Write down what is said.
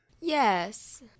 Yes